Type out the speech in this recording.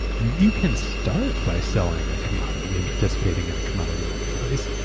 you you can start by selling a commodity and participating in a commodity marketplace,